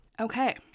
Okay